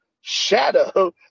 shadow